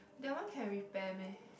that one can repair meh